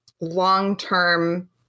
long-term